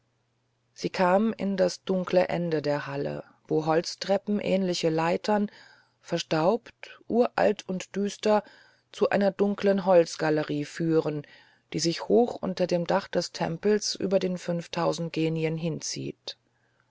sie kam in das dunkle ende der halle wo holztreppen ähnlich leitern verstaubt uralt und düster zu einer dunkeln holzgalerie führen die sich hoch unter dem dach des tempels über den fünftausend genien hinzieht